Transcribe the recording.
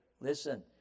Listen